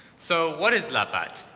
so what is la but